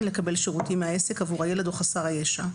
לקבל שירותים מהעסק עבור הילד או חסר הישע.